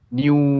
new